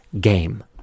game